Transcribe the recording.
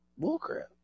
bullcrap